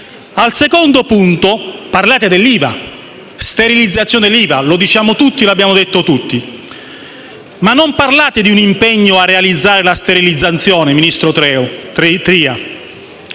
Al secondo impegno parlate della sterilizzazione dell'IVA. Lo abbiamo detto tutti, ma non parlate di un impegno a realizzare la sterilizzazione, ministro Treu,